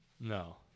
No